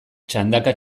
txandaka